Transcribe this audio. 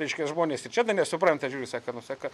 reiškia žmonės ir čia dar nesupranta žiūri saka nu saka